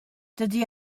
dydy